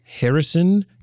Harrison